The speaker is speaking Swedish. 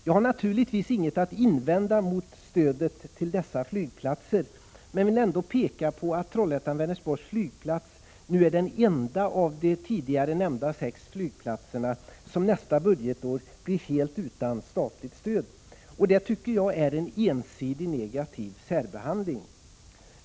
Jag har naturligtvis inget att invända mot stödet till dessa flygplatser, men vill ändå peka på att Trollhättan— Vänersborgs flygplats nu är den enda av de tidigare nämnda sex flygplatserna som nästa budgetår blir helt utan statligt stöd. Det tycker jag är en ensidig negativ särbehandling.